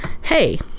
Hey